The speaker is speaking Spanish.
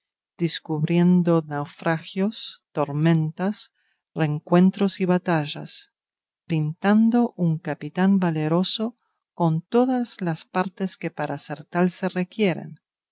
descubriendo naufragios tormentas rencuentros y batallas pintando un capitán valeroso con todas las partes que para ser tal se requieren